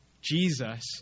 Jesus